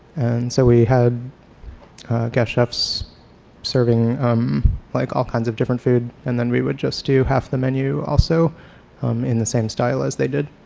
and so we had guest chefs serving like all kinds of different food and then we would just do half the menu also in the same style as they did,